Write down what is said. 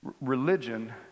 religion